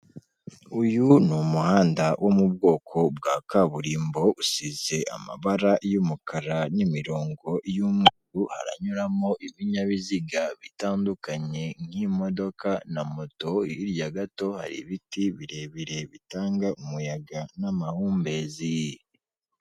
Uyu ni umuhanda wo mu bwoko bwa kaburimbo usize amabara y'umukara n'imirongo y'umweru aranyuramo ibinyabiziga bitandukanye nk'imodoka na moto, hirya gato hari ibiti birebire bitanga umuyaga n'amahumbezi.